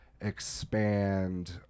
expand